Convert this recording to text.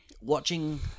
watching